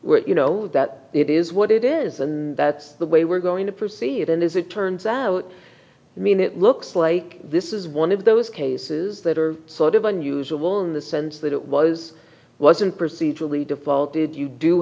which you know that it is what it isn't that's the way we're going to proceed and as it turns out i mean it looks like this is one of those cases that are sort of unusual in the sense that it was wasn't procedurally defaulted you do